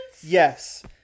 Yes